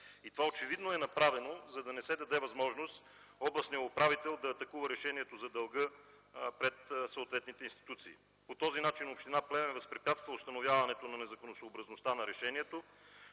Това очевидно е направено, за да не се даде възможност областният управител да атакува решението за дълга пред съответните институции. По този начин община Плевен възпрепятства установяването на незаконосъобразността на решението,